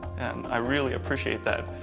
and i really appreciate that.